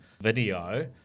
video